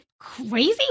crazy